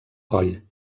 coll